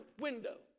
window